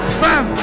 fam